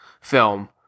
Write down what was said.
film